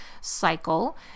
cycle